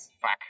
Fuck